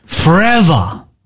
Forever